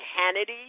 Hannity